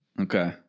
Okay